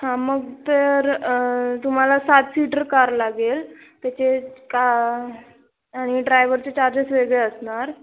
हां मग तर तुम्हाला सात सीटर कार लागेल त्याचे का आणि ड्रायवरचे चार्जेस वेगळे असणार